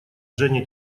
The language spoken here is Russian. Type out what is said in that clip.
женя